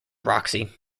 roxy